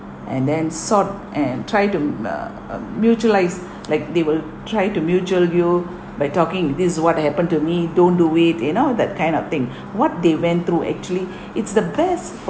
and then sort and try to uh um mutualised like they will try to mutual you by talking this is what happened to me don't do it you know that kind of thing what they went through actually it's the best for